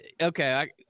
Okay